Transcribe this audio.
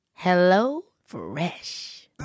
HelloFresh